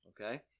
okay